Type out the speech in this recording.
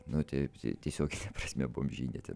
nu taip tiesiogine prasme bomžyne ten